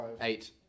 Eight